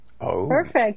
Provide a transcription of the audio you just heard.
Perfect